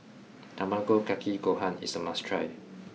Tamago Kake Gohan is a must try